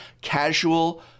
casual